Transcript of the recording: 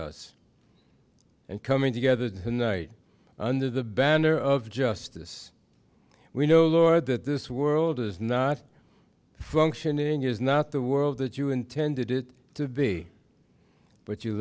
us and coming together tonight under the banner of justice we know the lord that this world is not functioning is not the world that you intended it to be but you